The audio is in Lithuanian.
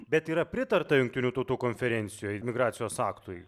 bet yra pritarta jungtinių tautų konferencijoj imigracijos aktui